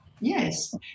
Yes